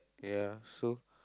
ya so